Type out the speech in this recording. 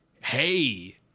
Hey